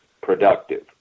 productive